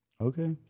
Okay